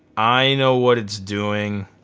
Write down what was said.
i know what it's doing.